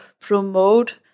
promote